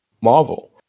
Marvel